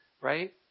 right